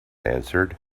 answered